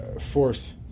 force